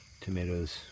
tomatoes